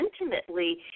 intimately